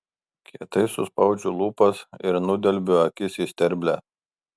kietai suspaudžiu lūpas ir nudelbiu akis į sterblę